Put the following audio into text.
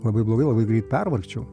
labai blogai labai greit pervargčiau